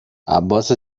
عباس